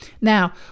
Now